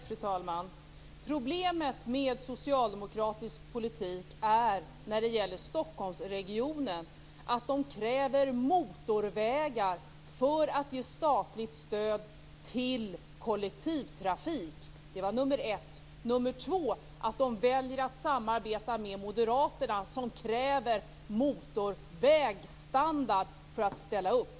Fru talman! Problemet med socialdemokratisk politik när det gäller Stockholmsregionen är att man kräver motorvägar för att ge statligt stöd till kollektivtrafik. Det var det första. Det andra är att de väljer att samarbeta med moderaterna som kräver motorvägstandard för att ställa upp.